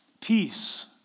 peace